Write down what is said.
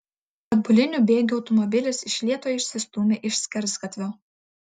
atbuliniu bėgiu automobilis iš lėto išsistūmė iš skersgatvio